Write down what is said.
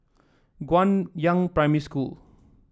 Guangyang Primary School